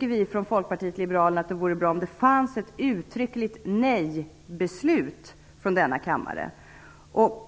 I Folkpartiet liberalerna tycker vi därför att det vore bra om det fanns ett uttryckligt nej-beslut fattat av denna kammare.